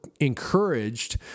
encouraged